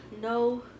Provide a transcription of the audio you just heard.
No